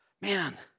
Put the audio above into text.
Man